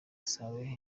saleh